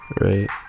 right